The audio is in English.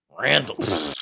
Randall